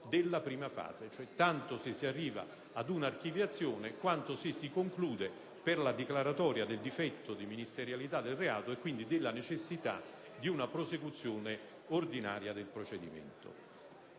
della prima fase, vale a dire tanto che si arrivi ad un'archiviazione quanto che si arrivi ad una declaratoria del difetto di ministerialità del reato e quindi si renda necessaria una prosecuzione ordinaria del procedimento.